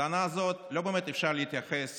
לטענה הזאת לא באמת אפשר להתייחס